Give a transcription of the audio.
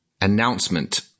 announcement